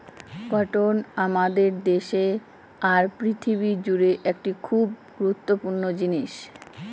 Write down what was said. cotton আমাদের দেশে আর পৃথিবী জুড়ে একটি খুব গুরুত্বপূর্ণ জিনিস